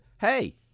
hey